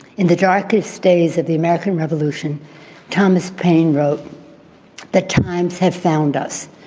in the darkest days of the american revolution thomas paine wrote that times have found us.